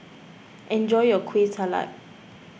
enjoy your Kueh Salat